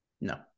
No